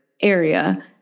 area